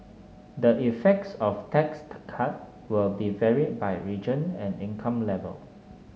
the effects of tax cut will be varied by region and income level